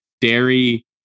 dairy